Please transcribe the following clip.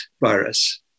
virus